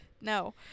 No